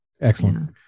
Excellent